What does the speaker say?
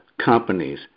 companies